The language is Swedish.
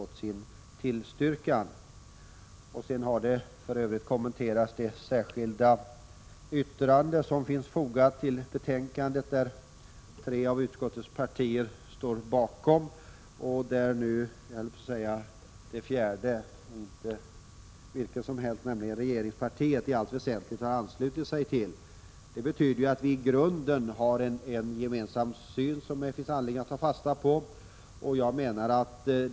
Tidigare talare har här kommenterat det särskilda yttrande som fogats till betänkandet och som tre av de i utskottet företrädda partierna står bakom. Det fjärde partiet — nämligen regeringspartiet — har nu i allt väsentligt anslutit sig till detta yttrande. Det betyder att vi i grunden har en gemensam syn, som det finns anledning att ta fasta på.